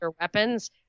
weapons